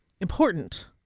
important